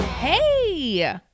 Hey